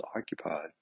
occupied